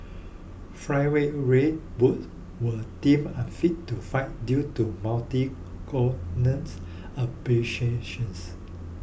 Flyweight Ray Borg was deemed unfit to fight due to corneals abrasions